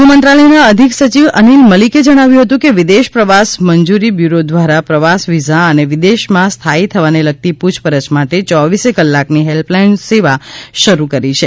ગૃહ મંત્રાલયના અધિક સચિવ અનીલ મલિકે જણાવ્યું હતું કે વિદેશ પ્રવાસ મંજુરી બ્યુરો ધ્વારા પ્રવાસ વિઝા અને વિદેશમાં સ્થાથી થવાને લગતી પુછપરછ માટે ચોવીસેય કલાકની હેલ્પલાઇન સેવા શરૂ કરી છે